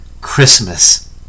Christmas